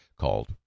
called